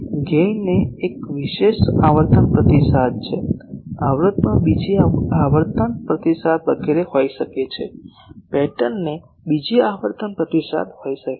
ગેઇનને એક વિશેષ આવર્તન પ્રતિસાદ છે અવરોધમાં બીજી આવર્તન પ્રતિસાદ વગેરે હોઈ શકે છે પેટર્નને બીજી આવર્તન પ્રતિસાદ હોઈ શકે છે